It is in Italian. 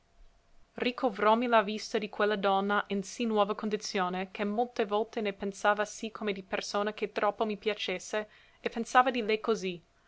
poi icovròmi la vista di quella donna in sì nuova condizione che molte volte ne pensava sì come di persona che troppo mi piacesse e pensava di lei così